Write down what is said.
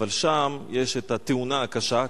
אבל שם יש "התאונה הקשה",